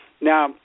Now